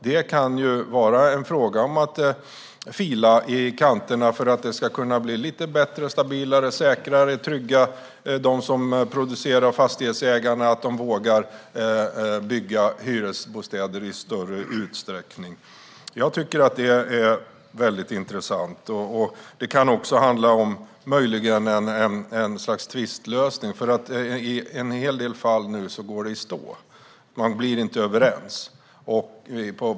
Det kan handla om att fila i kanterna för att det ska kunna bli lite bättre, stabilare, säkrare och tryggare, så att fastighetsägarna, de som producerar, ska våga bygga hyresbostäder i större utsträckning. Det är väldigt intressant. Det kan också handla om ett slags tvistlösning. I en hel del fall går det nämligen i stå nu.